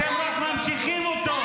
אתם רק ממשיכים אותו.